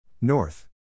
North